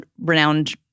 renowned